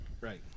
Right